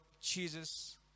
Jesus